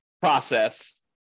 process